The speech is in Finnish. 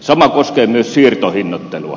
sama koskee myös siirtohinnoittelua